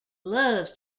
loves